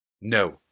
No